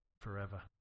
forever